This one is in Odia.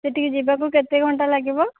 ସେଠିକି ଯିବାକୁ କେତେ ଘଣ୍ଟା ଲାଗିବ